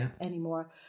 anymore